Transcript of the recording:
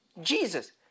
Jesus